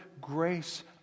grace